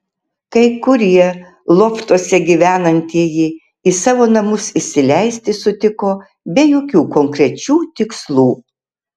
kai kurie loftuose gyvenantieji į savo namus įsileisti sutiko be jokių konkrečių tikslų